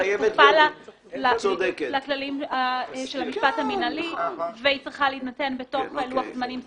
כפופה לכללים של המשפט המינהלי וצריכה להינתן בתוך לוח זמנים סביר.